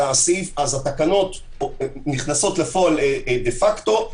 אז התקנות נכנסות לפועל דה-פקטו,